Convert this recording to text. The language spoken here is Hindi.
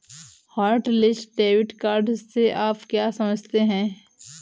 हॉटलिस्ट डेबिट कार्ड से आप क्या समझते हैं?